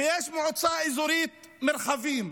ויש את המועצה האזורית מרחבים.